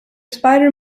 spider